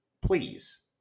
please